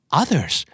others